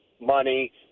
Money